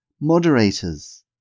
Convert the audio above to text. moderators